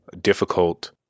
difficult